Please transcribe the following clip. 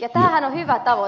ja tämähän on hyvä tavoite